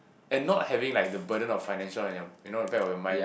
and not having like the burden of financial on your you know the back of your mind